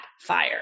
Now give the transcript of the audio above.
fire